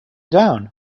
down